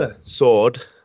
sword